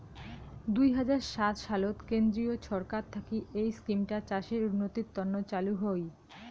দুই হাজার সাত সালত কেন্দ্রীয় ছরকার থাকি এই ইস্কিমটা চাষের উন্নতির তন্ন চালু হই